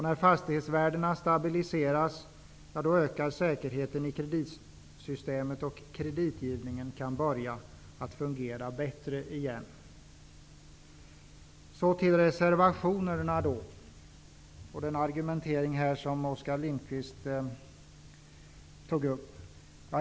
När fastighetsvärdena stabiliseras ökar säkerheten i kreditsystemet och kreditgivningen kan börja fungera bättre igen. Så vill jag tala om reservationerna och den argumentering som Oskar Lindkvist förde.